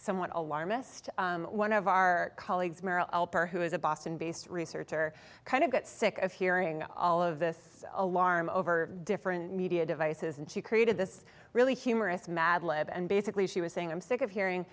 somewhat alarmist one of our colleagues who is a boston based researcher kind of got sick of hearing all of this alarm over different media devices and she created this really humorous madlib and basically she was saying i'm sick of hearing